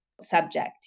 subject